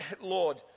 Lord